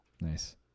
Nice